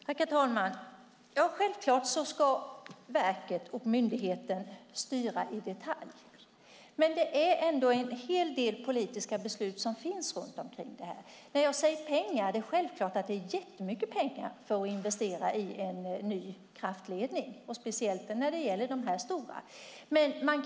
Herr talman! Självklart ska verket och myndigheten styra i detalj. Det finns ändå en hel del politiska beslut runt det här. Jag säger pengar och det är självklart att det krävs jättemycket pengar för att investera i en ny kraftledning, speciellt när det gäller de här stora ledningarna.